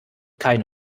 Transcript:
keine